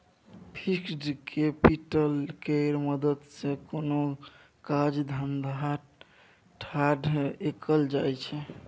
fixed capital केर मदद सँ कोनो काज धंधा ठाढ़ कएल जाइ छै